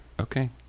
Okay